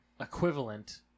equivalent